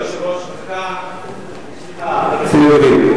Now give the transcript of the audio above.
בבקשה, אדוני.